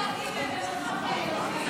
נתקבלה.